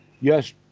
Yes